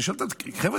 ושואל אותם: חבר'ה,